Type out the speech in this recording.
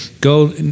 Go